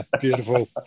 Beautiful